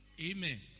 Amen